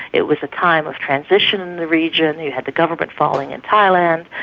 it was a time of transition in the region. you had the government falling in thailand,